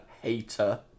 hater